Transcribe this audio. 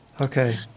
Okay